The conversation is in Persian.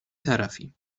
طرفیم